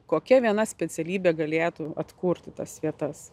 kokia viena specialybė galėtų atkurti tas vietas